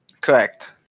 Correct